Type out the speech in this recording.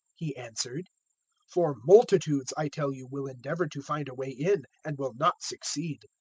he answered for multitudes, i tell you, will endeavour to find a way in and will not succeed.